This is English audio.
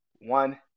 One